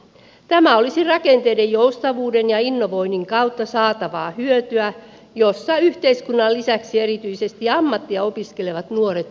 tämä olisi rakenteiden joustavuuden ja innovoinnin kautta saatavaa hyötyä josta yhteiskunnan lisäksi erityisesti ammattia opiskelevat nuoret hyötyisivät